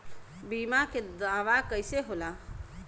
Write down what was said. बीमा के दावा कईसे होला?